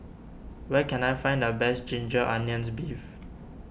where can I find the Best Ginger Onions Beef